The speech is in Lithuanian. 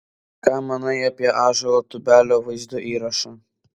ką manai apie ąžuolo tubelio vaizdo įrašą